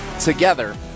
together